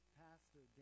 pastor